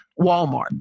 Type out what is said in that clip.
Walmart